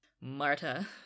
Marta